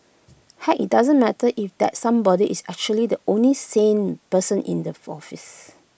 heck IT doesn't matter if that somebody is actually the only sane person in the office